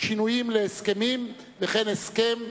שינויים להסכמים וכן הסכם,